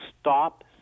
stop